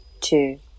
two